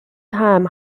time